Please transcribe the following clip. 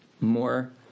more